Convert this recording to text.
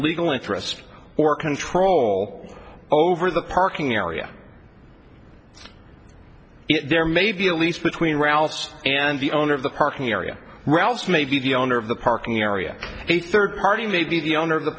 legal interest or control over the parking area there may be a lease between ralph's and the owner of the parking area ralph may be the owner of the parking area a third party may be the owner of the